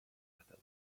عدم